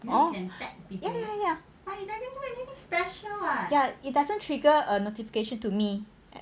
oh ya ya it doesn't trigger a notification to me